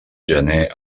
gener